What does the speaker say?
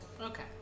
okay